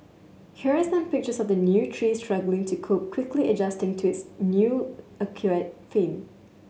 here are some pictures of the new tree struggling to cope quickly adjusting to its new fame